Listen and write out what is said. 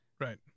Right